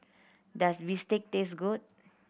does bistake taste good